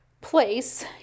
place